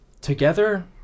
Together